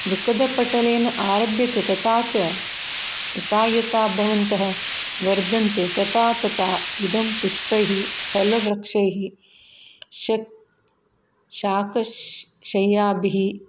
दुःखपटलेन आरभ्यते तथा च यथा यथा भवन्तः वर्दन्ते तथा तथा इदं पुष्पैः फलवृक्षैः शका शाकां शैयाभिः